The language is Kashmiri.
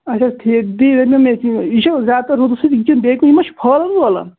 اَچھا ٹھیٖک تی ؤنٮ۪و مےٚ تہِ یہِ چھُ زیاد تَر روٗدٕ سۭتی کِنہٕ بیٚیہِ کُنہِ ما چھُ پھہلان وہلان